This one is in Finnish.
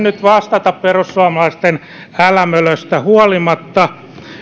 nyt vastata perussuomalaisten älämölöstä huolimatta